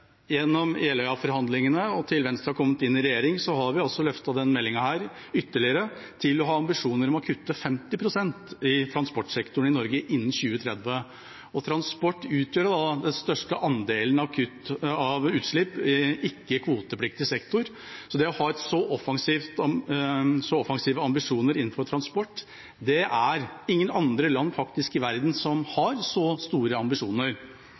Gjennom Jeløya-forhandlingene og etter at Venstre har kommet i regjering, har vi altså løftet denne meldinga ytterligere til å ha ambisjoner om å kutte 50 pst. i transportsektoren i Norge innen 2030. Transport utgjør den største andelen av utslipp i ikke-kvotepliktig sektor. Det er faktisk ingen andre land i verden som har så offensive og store ambisjoner innenfor transport. Norge har også gjennom denne meldinga sagt at vi skal ta en lederrolle internasjonalt i